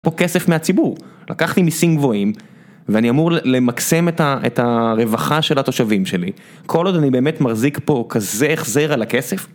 פה כסף מהציבור לקחתי מיסים גבוהים ואני אמור למקסם את הרווחה של התושבים שלי כל עוד אני באמת מרזיק פה כזה החזר על הכסף